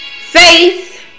faith